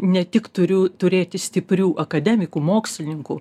ne tik turiu turėti stiprių akademikų mokslininkų